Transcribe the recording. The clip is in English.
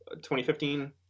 2015